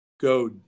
go